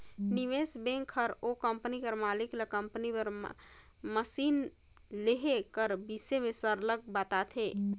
निवेस बेंक हर ओ कंपनी कर मालिक ल कंपनी बर मसीन लेहे कर बिसे में सरलग बताथे